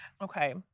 Okay